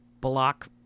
block